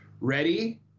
ready